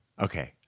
Okay